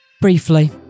briefly